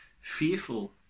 fearful